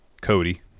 Cody